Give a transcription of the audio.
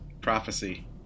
prophecy